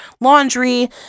laundry